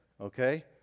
okay